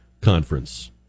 Conference